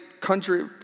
country